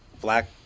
black